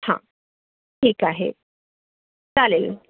हां ठीक आहे चालेल